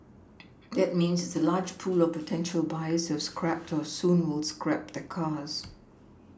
that means there is a large pool of potential buyers have scrapped or will soon scrap their cars